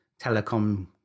telecom